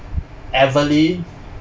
evelie